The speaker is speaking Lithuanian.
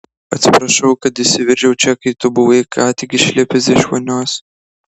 atsiprašau kad įsiveržiau čia kai tu buvai ką tik išlipęs iš vonios